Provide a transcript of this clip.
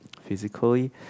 physically